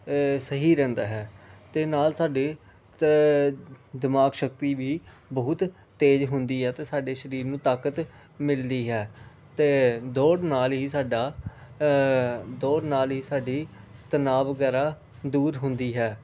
ਸਹੀ ਰਹਿੰਦਾ ਹੈ ਅਤੇ ਨਾਲ ਸਾਡੇ ਦਿਮਾਗ ਸ਼ਕਤੀ ਵੀ ਬਹੁਤ ਤੇਜ਼ ਹੁੰਦੀ ਹੈ ਅਤੇ ਸਾਡੇ ਸ਼ਰੀਰ ਨੂੰ ਤਾਕਤ ਮਿਲਦੀ ਹੈ ਅਤੇ ਦੌੜ ਨਾਲ ਹੀ ਸਾਡਾ ਦੌੜ ਨਾਲ ਹੀ ਸਾਡੀ ਤਨਾਅ ਵਗੈਰਾ ਦੂਰ ਹੁੰਦੀ ਹੈ